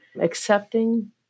accepting